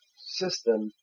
system